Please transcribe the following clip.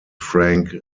frank